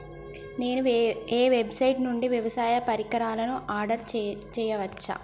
నేను ఏ వెబ్సైట్ నుండి వ్యవసాయ పరికరాలను ఆర్డర్ చేయవచ్చు?